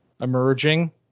emerging